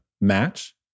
match